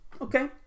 Okay